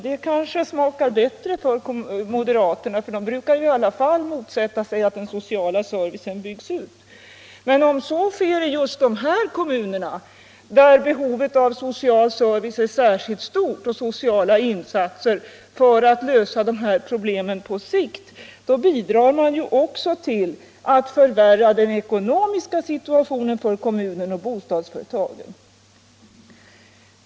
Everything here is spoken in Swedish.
Det kanske smakar bättre för moderaterna, som ju alltid brukar motsätta sig att den kommunala servicen byggs ut. Men om så sker i de kommuner där behovet av social service och sociala insatser är särskilt stort för att lösa problemen på sikt, så bidrar man ju också till att förvärra den ekonomiska situationen för kommunen och bostadsföretagen.